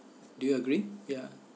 do you agree ya